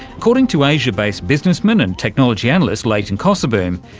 according to asia-based businessman and technology analyst leighton cosseboom,